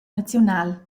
naziunal